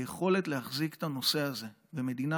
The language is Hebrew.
היכולת להחזיק את הנושא הזה במדינה